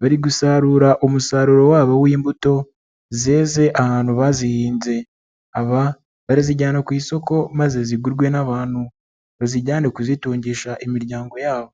bari gusarura umusaruro wabo w'imbuto zeze ahantu bazihinze, aba barazijyana ku isoko maze zigurwe n'abantu bazijyane kuzitungisha imiryango yabo.